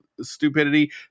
stupidity